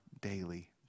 daily